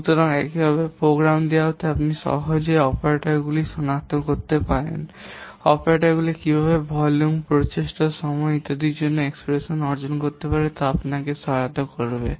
সুতরাং এইভাবে একটি প্রোগ্রাম দেওয়াতে আপনি সহজেই অপারেটরগুলি সনাক্ত করতে পারেন এবং অপারেশনগুলি কীভাবে এই ভলিউম প্রচেষ্টা এবং সময় ইত্যাদির জন্য এক্সপ্রেশন অর্জন করতে পারে আপনাকে সহায়তা করবে